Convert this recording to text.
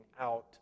out